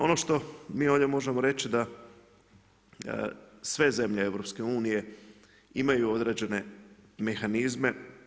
Ono što mi ovdje možemo reći, da sve zemlje EU, imaju određene mehanizme.